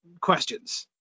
questions